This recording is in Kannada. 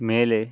ಮೇಲೆ